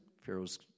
Pharaoh's